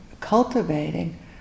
cultivating